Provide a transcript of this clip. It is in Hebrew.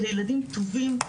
אלה ילדים טובים,